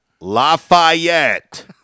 Lafayette